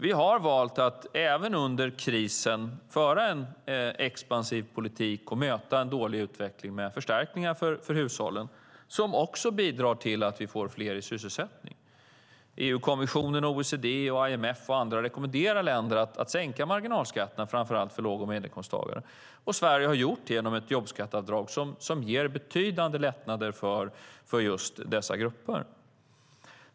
Vi har valt att även under krisen föra en expansiv politik och möta en dålig utveckling med förstärkningar för hushållen, som bidrar till att vi får fler i sysselsättning. EU-kommissionen, OECD, IMF och andra rekommenderar länder att sänka marginalskatterna för framför allt låg och medelinkomsttagare. Sverige har gjort det genom ett jobbskatteavdrag som ger betydande lättnader för just dessa grupper.